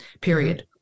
period